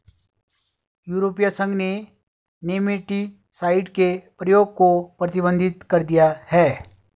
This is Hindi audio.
यूरोपीय संघ ने नेमेटीसाइड के प्रयोग को प्रतिबंधित कर दिया है